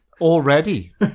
Already